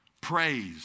praise